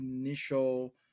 initial